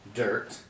dirt